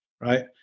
right